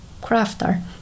crafter